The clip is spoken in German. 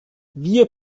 wir